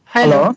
Hello